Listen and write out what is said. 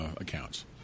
accounts